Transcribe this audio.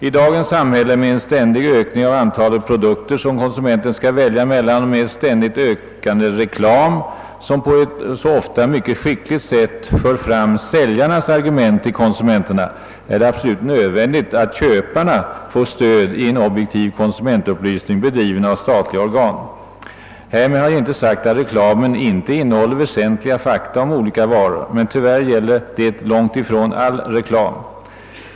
I dagens samhälle, med en ständig ökning av antalet produkter som konsumenten skall välja bland och med ständigt ökande reklam som på ett ofta mycket skickligt sätt för fram säljarnas argument till konsumenterna, är det absolut nödvändigt att köparna får stöd i en objektiv konsumentupplysning, bedriven av statliga organ. Därmed har jag inte sagt att reklamen inte innehåller väsentliga fakta om olika varor, men detta gäller tyvärr långt ifrån all reklam.